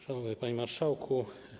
Szanowny Panie Marszałku!